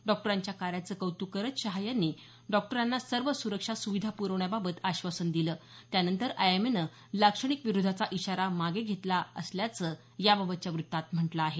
डॉक्टरांच्या कार्याचं कौतुक करत शहा यांनी डॉक्टरांना सर्व सुरक्षा सुविधा पुरवण्याबाबत आश्वासन दिलंचं त्यानंतर आयएमएने लाक्षणिक विरोधाचा इशारा मागे घेतला असल्याचं याबाबतच्या व्रत्तात म्हटलं आहे